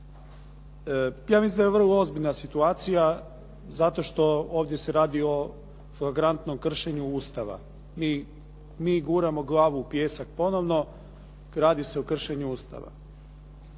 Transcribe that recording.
Ja mislim da je vrlo ozbiljna situacija zato što ovdje se radi o flagrantnom kršenju Ustava. Mi guramo glavu u pijesak ponovno. Radi se o kršenju Ustava.